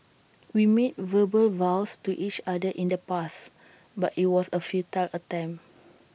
we made verbal vows to each other in the past but IT was A futile attempt